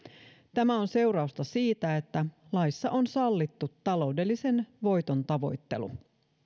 tämä on seurausta siitä että laissa on sallittu taloudellisen voiton tavoittelu